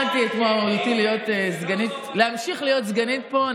אני העמדתי את מועמדותי להמשיך להיות סגנית פה.